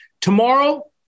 tomorrow